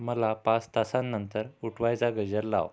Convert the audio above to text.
मला पाच तासांनंतर उठवायचा गजर लाव